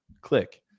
click